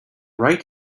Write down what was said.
right